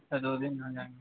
अच्छा दो दिन में हो जाएँगे